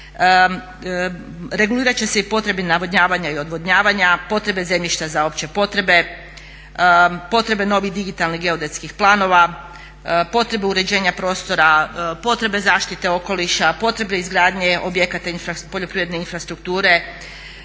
Regulirat će se i potrebe navodnjavanja i odvodnjavanja, potrebe zemljišta za opće potrebe, potrebe novih digitalnih geodetskih planova, potrebe uređenja prostora, potrebe zaštite okoliša, potrebe izgradnje objekata poljoprivredne infrastrukture